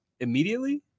Immediately